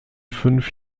fünf